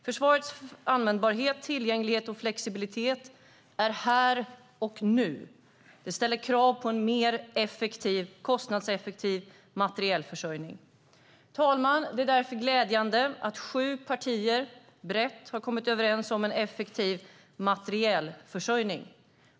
Försvarets användbarhet, tillgänglighet och flexibilitet är här och nu. Det ställer krav på en mer kostnadseffektiv materielförsörjning. Herr talman! Det är därför glädjande att sju partier brett har kommit överens om en effektiv materielförsörjning.